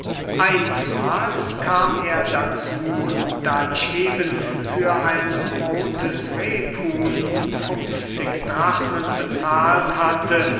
einsmahls kam er dazu da ich eben für ein rothes rephuhn funfzig drachmen bezahlt hatte